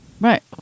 Right